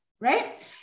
Right